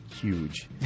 huge